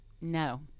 No